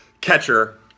catcher